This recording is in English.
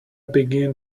begin